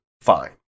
fine